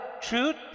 truth